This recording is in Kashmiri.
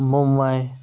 مُمبَے